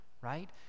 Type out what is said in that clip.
right